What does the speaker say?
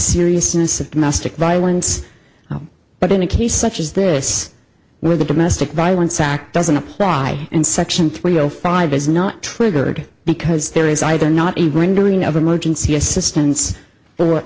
seriousness of domestic violence but in a case such as this where the domestic violence act doesn't apply and section three o five is not triggered because there is either not a green doing of emergency assistance